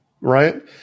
right